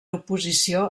oposició